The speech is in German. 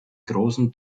großen